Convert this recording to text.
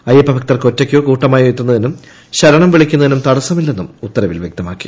അയ്യപ്പഭക്തർക്ക് ഒറ്റയ്ക്കോ കൂട്ടമായോ എത്തുന്നതിനും ശരണം വിളിക്കുന്നതിനും തടസമില്ലെന്നും ഉത്തരവിൽ വ്യക്തമാക്കി